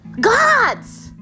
God's